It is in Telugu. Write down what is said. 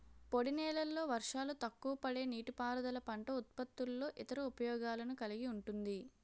పొడినేలల్లో వర్షాలు తక్కువపడే నీటిపారుదల పంట ఉత్పత్తుల్లో ఇతర ఉపయోగాలను కలిగి ఉంటుంది